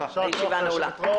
הישיבה נעולה.